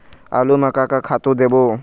आलू म का का खातू देबो?